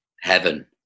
heaven